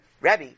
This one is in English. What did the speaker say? Rebbe